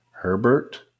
Herbert